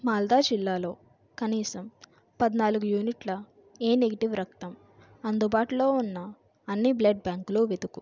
మాల్దా జిల్లాలో కనీసం పద్నాలుగు యూనిట్ల ఎ నెగిటివ్ రక్తం అందుబాటులో ఉన్న అన్ని బ్లడ్ బ్యాంకులు వెతుకు